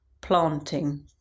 planting